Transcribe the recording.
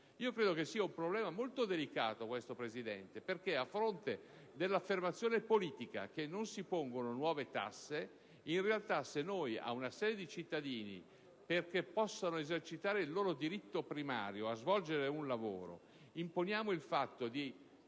Credo che sia un problema molto delicato, signor Presidente, perché a fronte dell'affermazione politica che non si impongono nuove tasse, in realtà, se imponiamo ad una serie di cittadini l'obbligo, affinché possano esercitare il loro diritto primario a svolgere un lavoro, di praticare dei